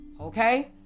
Okay